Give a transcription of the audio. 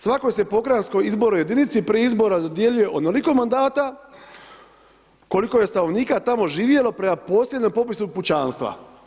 Svakoj se pokrajinskoj jedinici pri izbora dodjeljuje onoliko mandata koliko je stanovnika tamo živjelo prema posljednjem popisu pučanstva.